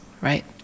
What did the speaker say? right